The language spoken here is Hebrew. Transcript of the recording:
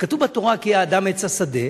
וכתוב בתורה "כי האדם עץ השדה",